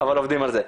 אבל עובדים על זה.